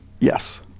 Yes